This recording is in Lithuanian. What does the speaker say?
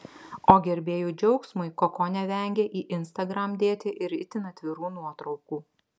o gerbėjų džiaugsmui koko nevengia į instagram dėti ir itin atvirų nuotraukų